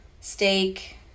steak